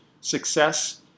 success